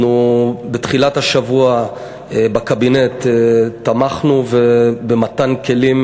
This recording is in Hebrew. בתחילת השבוע אנחנו בקבינט תמכנו במתן כלים